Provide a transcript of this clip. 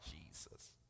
Jesus